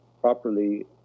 properly